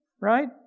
right